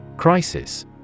Crisis